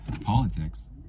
politics